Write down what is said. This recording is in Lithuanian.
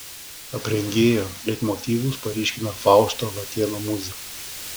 aprengėjo leitmotyvus paryškina fausto latėno muzika